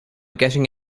getting